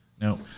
No